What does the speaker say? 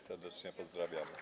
Serdecznie pozdrawiamy.